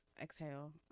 exhale